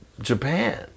Japan